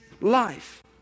life